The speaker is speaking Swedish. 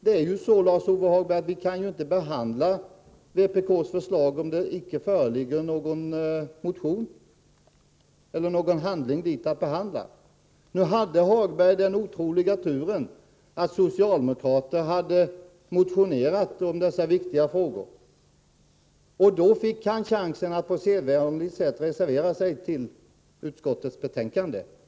Men, Lars-Ove Hagberg, vi kan ju inte behandla vpk:s förslag om det icke föreligger någon handling som det går att behandla! Hagberg hade den otroliga turen att socialdemokrater hade motionerat om dessa viktiga frågor. Därför fick han chansen att på sedvanligt sätt reservera sig till utskottets betänkande.